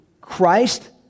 Christ